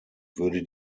würde